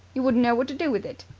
you wouldn't know what to do with it.